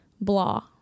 blah